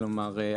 כלומר,